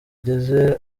ageze